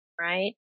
right